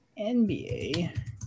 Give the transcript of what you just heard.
nba